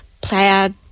plaid